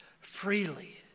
freely